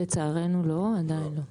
לצערנו לא, עדיין לא.